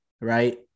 right